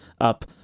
up